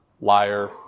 liar